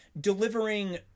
Delivering